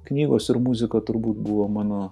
knygos ir muzika turbūt buvo mano